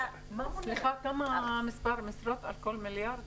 סליחה, כמה משרות על כל מיליארד?